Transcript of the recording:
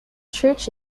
church